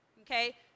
okay